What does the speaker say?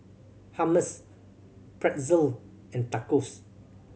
Hummus Pretzel and Tacos